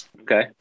okay